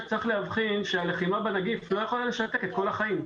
צריך להבחין שהלחימה בנגיף לא יכולה לשתק את כל החיים.